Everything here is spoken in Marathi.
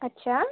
अच्छा